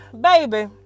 baby